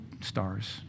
stars